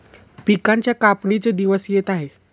पिकांच्या कापणीचे दिवस येत आहेत